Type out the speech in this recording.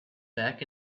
back